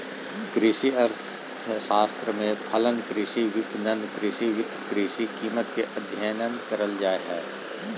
कृषि अर्थशास्त्र में फलन, कृषि विपणन, कृषि वित्त, कृषि कीमत के अधययन करल जा हइ